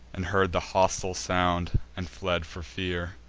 and heard the hostile sound, and fled for fear.